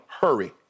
hurry